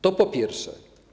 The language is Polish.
To po pierwsze.